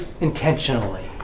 intentionally